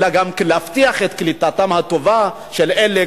אלא גם להבטיח את קליטתם הטובה של אלה,